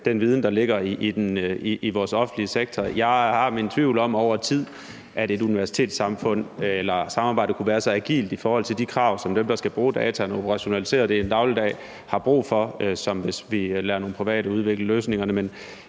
den viden, der ligger i vores offentlige sektor. Jeg har mine tvivl om, hvorvidt et universitetssamarbejde over tid kan være lige så agilt i forhold til de krav, som dem, der skal bruge vores data og skal operationalisere dem i dagligdagen, har brug for, som hvis vi lod nogle private udvikle løsningerne.